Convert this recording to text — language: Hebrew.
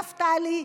נפתלי,